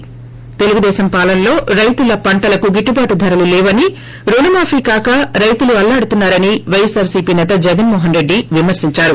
ి తెలుగుదేశం పాలనలో రైతుల పంటలకు గిట్టుబాటు ధరలు లేవని రుణ మాఫీ కాక రైతులు అల్లాడుతున్నా రని పైఎస్పార్ సీపీ నేత జగన్ మోహన్ రెడ్డి విమర్పించారు